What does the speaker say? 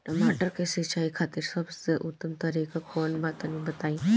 टमाटर के सिंचाई खातिर सबसे उत्तम तरीका कौंन बा तनि बताई?